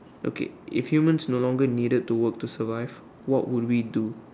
okay if humans no longer need to work to survive what would we do